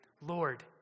Lord